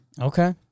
Okay